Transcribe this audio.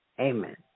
Amen